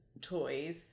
toys